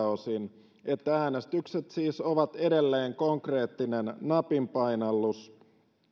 osin äänestykset siis ovat edelleen konkreettinen napin painallus